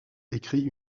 écrit